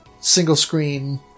single-screen